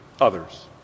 others